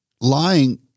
lying